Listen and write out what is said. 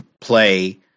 play